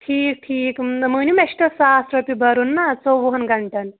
ٹھیٖک ٹھیٖک مےٚ مٲنِو مےٚ چھِ تیٚلہِ ساس رۄپیہِ بَرُن نا ژوٚوُہَن گٲنٛٹَن